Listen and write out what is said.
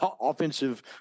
offensive